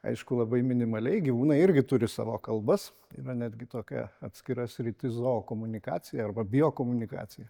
aišku labai minimaliai gyvūnai irgi turi savo kalbas yra netgi tokia atskira sritis zookomunikacija arba biokomunikacija